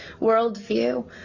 worldview